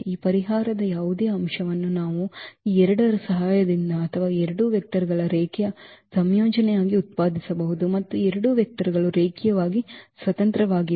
ಈ ಪರಿಹಾರದ ಯಾವುದೇ ಅಂಶವನ್ನು ನಾವು ಈ ಎರಡರ ಸಹಾಯದಿಂದ ಅಥವಾ ಈ ಎರಡು ವೆಕ್ಟರ್ ಗಳ ರೇಖೀಯ ಸಂಯೋಜನೆಯಾಗಿ ಉತ್ಪಾದಿಸಬಹುದು ಮತ್ತು ಈ ಎರಡು ವೆಕ್ಟರ್ ಗಳು ರೇಖೀಯವಾಗಿ ಸ್ವತಂತ್ರವಾಗಿವೆ